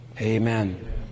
Amen